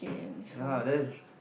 ya lah that's